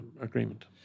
agreement